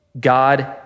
God